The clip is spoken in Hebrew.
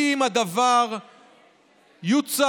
כי אם הדבר יוצג,